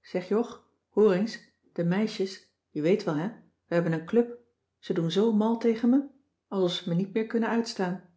zeg jog hoor eens de meisjes je weet wel hè we hebben een club ze doen zoo mal tegen me alsof ze me niet meer kunnen uitstaan